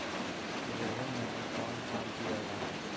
गेहूं मे कौन खाद दियाला?